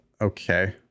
okay